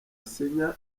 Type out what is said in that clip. asinya